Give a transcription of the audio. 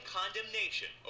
condemnation